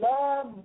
love